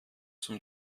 zum